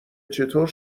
چطور